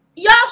Y'all